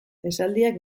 esaldiak